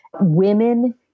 women